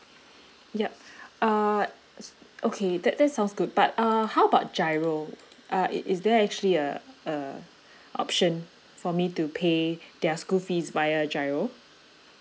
yup uh okay that that sounds good but uh how about GIRO uh is is there actually uh a option for me to pay their school fees via GIRO